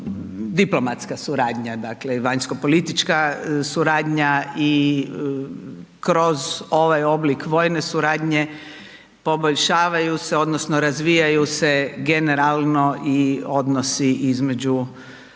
diplomatska suradnja, dakle vanjskopolitička suradnja i kroz ovaj oblik vojne suradnje poboljšavaju se odnosno razvijaju se generalno odnosi između